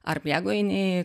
ar jeigu eini